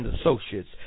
Associates